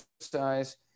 exercise